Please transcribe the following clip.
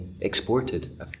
exported